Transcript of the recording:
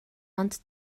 ond